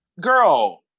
girl